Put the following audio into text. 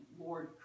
Lord